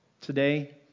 Today